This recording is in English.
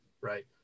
right